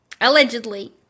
Allegedly